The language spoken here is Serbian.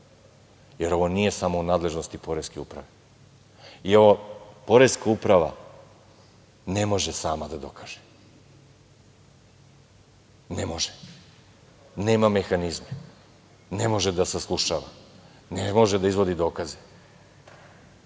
jer ovo nije samo u nadležnosti poreske uprave. I ovo Poreska uprava ne može sama da dokaže, ne može, nema mehanizme. Ne može da saslušava, ne može da izvodi dokaze,